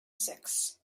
six